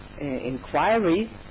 inquiry